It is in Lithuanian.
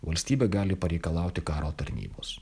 valstybė gali pareikalauti karo tarnybos